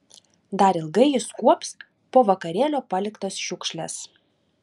dar ilgai jis kuops po vakarėlio paliktas šiukšles